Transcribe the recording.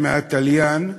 מהתליין,